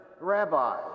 Rabbi